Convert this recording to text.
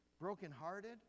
brokenhearted